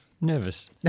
nervous